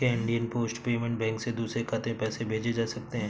क्या India post payment bank से दूसरे खाते में पैसे भेजे जा सकते हैं?